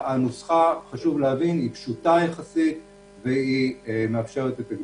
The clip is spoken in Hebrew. חשוב להבין שהנוסחה פשוטה יחסית ומאפשרת את הגמישות.